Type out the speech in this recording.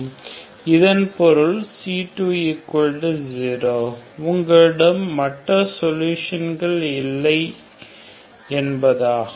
இதன் பொருள் c2 0 உங்களிடம் மற்ற சொல்யூஷன் இல்லை என்பதாகும்